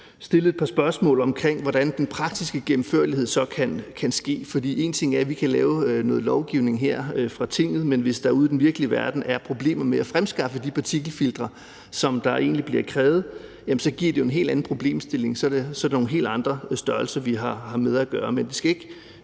have stillet et par spørgsmål om, hvordan den praktiske gennemførelse så kan ske. For én ting er, at vi kan lave noget lovgivning her i Tinget, men hvis der ude i den virkelige verden er problemer med at fremskaffe de partikelfiltre, som der bliver krævet, så giver det en helt anden problemstilling – så er det nogle helt andre størrelser, vi har med at gøre – men det skal ikke